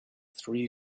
three